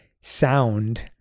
sound